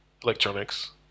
electronics